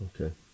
Okay